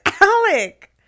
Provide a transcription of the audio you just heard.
Alec